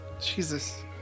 Jesus